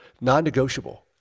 non-negotiable